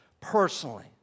personally